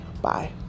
Bye